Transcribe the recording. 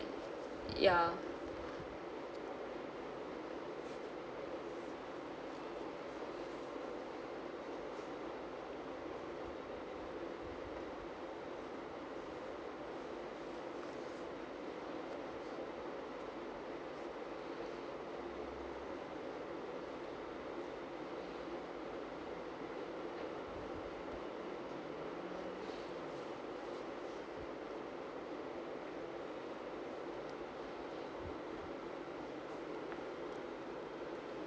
ya